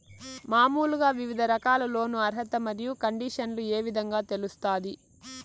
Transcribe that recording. మామూలుగా వివిధ రకాల లోను అర్హత మరియు కండిషన్లు ఏ విధంగా తెలుస్తాది?